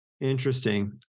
Interesting